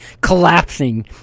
collapsing